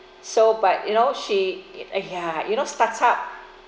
so but you know she !aiya! you know startup